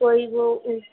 کوئی وہ